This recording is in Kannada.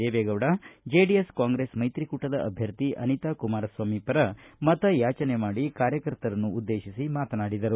ದೇವೆಗೌಡ ಜೆಡಿಎಸ್ ಕಾಂಗ್ರೆಸ್ ಮೈತ್ರಿಕೂಟದ ಅಭ್ಯರ್ಥಿ ಅನಿತಾ ಕುಮಾರಸ್ವಾಮಿ ಪರ ಮತ ಯಾಚನೆ ಮಾಡಿ ಕಾರ್ಯಕರ್ತರನ್ನು ಉದ್ದೇಶಿಸಿ ಮಾತನಾಡಿದರು